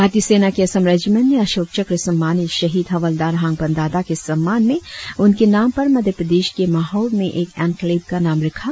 भारतीय सेना के असम रेजिमेंट ने अशोक चक्र सम्मानित शहीद हवलदार हांगपन दादा के सम्मान में उनके नाम पर मध्य प्रदेश के म्होव में एक एन्क्लेव का नाम रखा